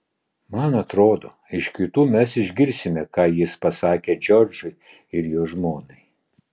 man atrodo iš kitų mes išgirsime ką jis pasakė džordžui ir jo žmonai